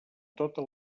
tota